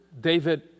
David